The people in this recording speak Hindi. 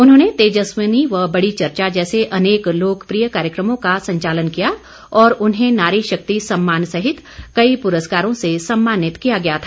उन्होंने तेजस्विनी व बड़ी चर्चा जैसे अनेक लोकप्रिय कार्यक्रमों का संचालन किया और उन्हें नारी शक्ति सम्मान सहित कई पुरस्कारों से सम्मानित किया गया था